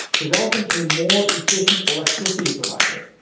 developing a more efficient electricity provider,